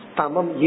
Tamam